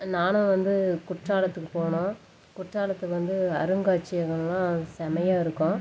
நானும் வந்து குற்றாலத்துக்கு போனோம் குற்றாத்தில் வந்து அருங்காட்சியகல்லாம் செம்மையா இருக்கும்